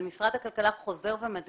אבל משרד הכלכלה חוזר ומדגיש